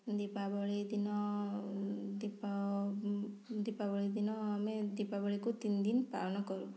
ଦୀପାବଳି ଦିନ ଦ୍ବୀପ ଦୀପାବଳି ଦିନ ଆମେ ଦୀପାବଳିକୁ ତିନିଦିନ ପାଳନ କରୁ